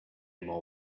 more